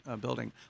building